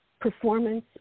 performance